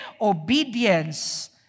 obedience